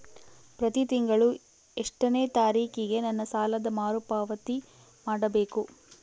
ಪ್ರತಿ ತಿಂಗಳು ಎಷ್ಟನೇ ತಾರೇಕಿಗೆ ನನ್ನ ಸಾಲದ ಮರುಪಾವತಿ ಮಾಡಬೇಕು?